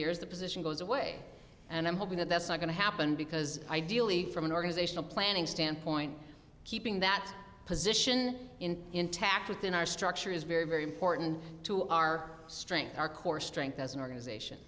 years the position goes away and i'm hoping that that's not going to happen because ideally from an organizational planning standpoint keeping that position in intact within our structure is very very important to our strength our core strength as an organization